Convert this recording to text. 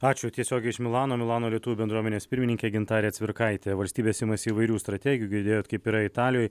ačiū tiesiogiai iš milano milano lietuvių bendruomenės pirmininkė gintarė cvirkaitė valstybės imasi įvairių strategijų girdėjot kaip yra italijoj